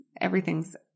Everything's